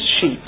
sheep